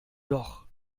doch